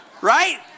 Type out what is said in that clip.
Right